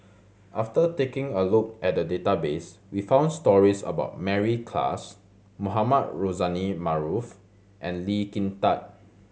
after taking a look at the database we found stories about Mary Klass Mohamed Rozani Maarof and Lee Kin Tat